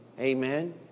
Amen